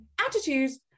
attitudes